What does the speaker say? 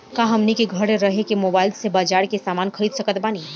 का हमनी के घेरे रह के मोब्बाइल से बाजार के समान खरीद सकत बनी?